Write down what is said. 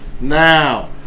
Now